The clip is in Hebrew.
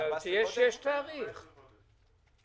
יש בזה בעיה.